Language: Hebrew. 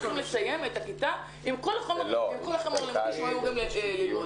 צריכים לסיים עם כל החומר שהם אמורים ללמוד.